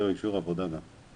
יהיה לו אישור עבודה גם.